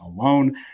alone